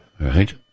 right